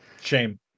Shame